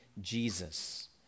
Jesus